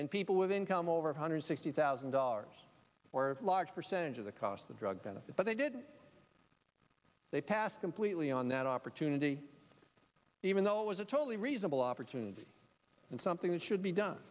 and people with income over two hundred sixty thousand dollars for a large percentage of the cost the drug benefit but they did they pass completely on that opportunity even though it was a totally reasonable opportunity and something that should be done